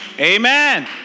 Amen